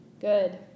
Good